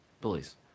bullies